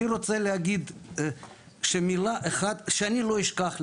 אני רוצה להגיד מילה אחת שאני לא אשכח להגיד,